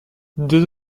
deux